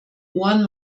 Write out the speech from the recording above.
ohren